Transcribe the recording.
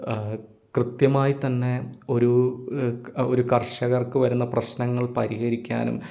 കൃത്യമായി തന്നെ ഒരു ഒരു കർഷകർക്ക് വരുന്ന പ്രശ്നങ്ങൾ പരിഹരിക്കാനും